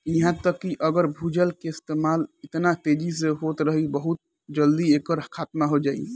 इहा तक कि अगर भूजल के इस्तेमाल एतना तेजी से होत रही बहुत जल्दी एकर खात्मा हो जाई